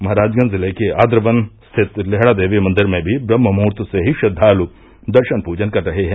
महराजगंज जिले के आद्रवन स्थित लेहड़ा देवी मंदिर में भी ब्रम्हमुहूर्त से ही श्रद्वालु दर्शन पूजन कर रहे हैं